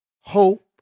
hope